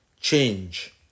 change